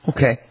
Okay